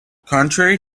contrary